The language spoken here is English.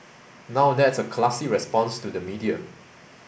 now that's a classy response to the media